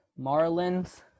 Marlins